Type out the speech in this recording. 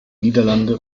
niederlande